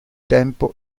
tempo